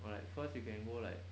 when like first you can go like